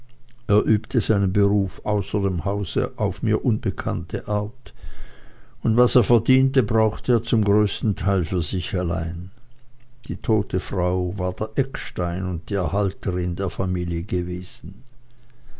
er übte seinen beruf außer dem hause auf mir unbekannte art und was er verdiente brauchte er zum größten teil für sich allein die tote frau war der eckstein und die erhalterin der familie gewesen